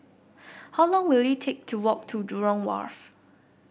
how long will it take to walk to Jurong Wharf